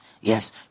Yes